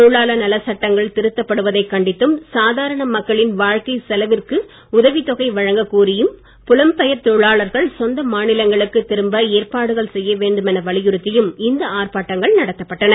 தொழிலாளர் நலச் சட்டங்கள் திருத்தப்படுவதைக் கண்டித்தும் சாதாரண மக்களின் வாழ்க்கைச் செலவிற்கு உதவி தொகை வழங்க கோரியும் புலம் பெயர் தொழிலாளர்கள் சொந்த மாநிலங்களுக்கு திரும்ப ஏற்பாடுகள் செய்ய வேண்டும் என வலியுறுத்தியும் இந்த ஆர்ப்பாட்டங்கள் நடத்தப்பட்டன